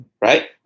Right